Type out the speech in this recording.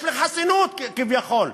יש לי חסינות כביכול.